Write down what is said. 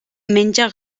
menja